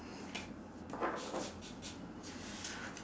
ya